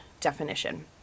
definition